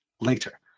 later